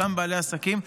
לאותם בעלי עסקים,